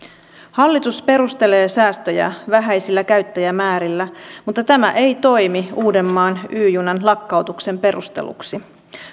hallitus perustelee säästöjä vähäisillä käyttäjämäärillä mutta tämä ei toimi uudenmaan y junan lakkautuksen perusteluksi